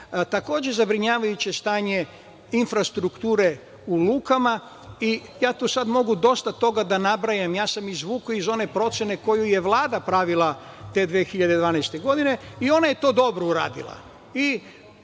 zabrinjavajuće je stanje infrastrukture u lukama i ja tu sada mogu dosta toga da nabrajam. Ja sam izvukao iz one procene koju je Vlada pravila te 2012. godine i ona je to dobro uradila.